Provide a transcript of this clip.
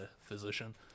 physician